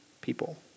people